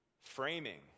framing